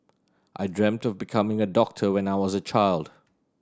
I dreamed of becoming a doctor when I was a child